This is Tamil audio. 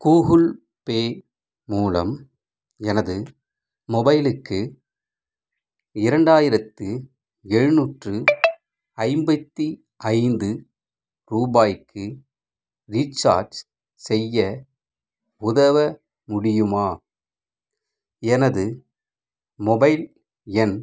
கூகுள் பே மூலம் எனது மொபைலுக்கு இரண்டாயிரத்தி எழுநூற்று ஐம்பத்தி ஐந்து ரூபாய்க்கு ரீசார்ஜ் செய்ய உதவ முடியுமா எனது மொபைல் எண்